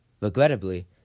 Regrettably